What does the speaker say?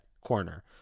corner